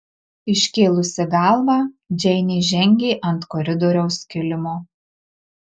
iškėlusi galvą džeinė žengė ant koridoriaus kilimo